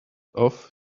off